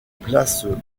place